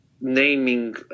Naming